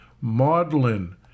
maudlin